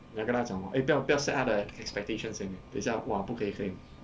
你要跟她讲我 eh 不要不要 set 她的 expectations eh 等一下 !wah! 不可以可以